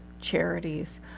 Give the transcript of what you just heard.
charities